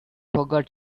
forgot